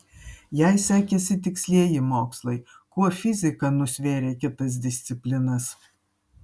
jei sekėsi tikslieji mokslai kuo fizika nusvėrė kitas disciplinas